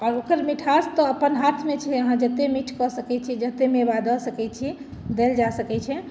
आओर ओकर मीठास तऽ अपन हाथमे छै अहाँ जतेक मीठ कऽ सकैत छियै जतेक मेवा दऽ सकैत छी देल जा सकैत छै